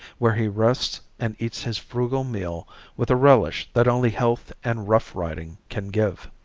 where he rests and eats his frugal meal with a relish that only health and rough riding can give.